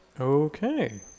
Okay